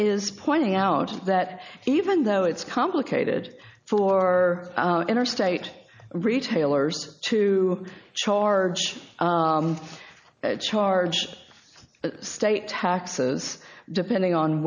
is pointing out that even though it's complicated for interstate retailers to charge a charge state taxes depending on